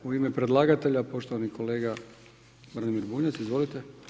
U ime predlagatelja, poštovani kolega Branimir Bunjac, izvolite.